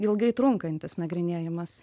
ilgai trunkantis nagrinėjimas